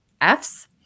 Fs